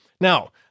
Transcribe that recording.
Now